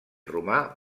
romà